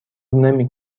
نمی